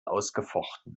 ausgefochten